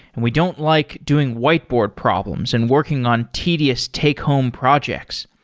and we don't like doing whiteboard problems and working on tedious take home projects.